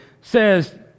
says